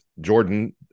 Jordan